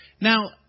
Now